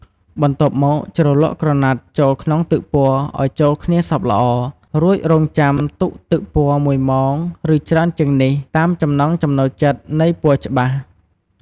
បន្ទាប់មក ជ្រលក់ក្រណាត់ចូលក្នុងទឹកពណ៌ឱ្យចូលគ្នាសព្វល្អ រួចរងចាំទុកទឹកពណ៌១ម៉ោង ឬច្រើនជាងនេះ តាមចំណង់ចំណូលចិត្តនៃពណ៌ច្បាស់។